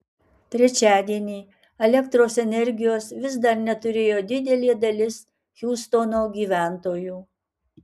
trečiadienį elektros energijos vis dar neturėjo didelė dalis hiūstono gyventojų